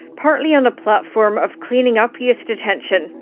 partly on a platform of cleaning up youth detention